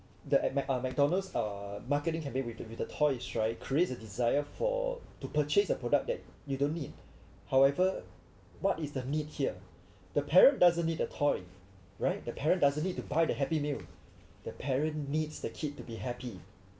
the ad mc~ uh McDonald's uh marketing campaign with the with a toys right creates a desire for to purchase the product that you don't need however what is the need here the parent doesn't need a toy right the parent doesn't need to buy the happy meal the parent needs the kid to be happy